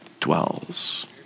dwells